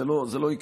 זה לא יקרה,